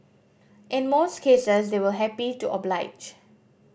in most cases they will happy to oblige